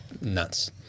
nuts